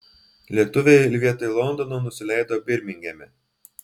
lietuviai vietoj londono nusileido birmingeme